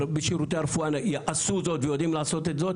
בשירותי הרפואה עשו זאת ויודעים לעשות את זה,